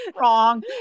Wrong